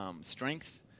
strength